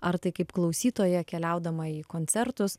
ar tai kaip klausytoja keliaudama į koncertus